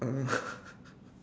uh